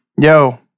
Yo